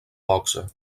boxa